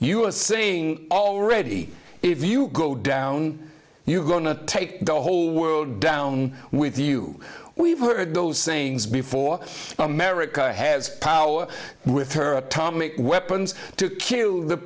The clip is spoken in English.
you are saying already if you go down you are going to take the whole world down with you we've heard those sayings before america has our with her atomic weapons to kill the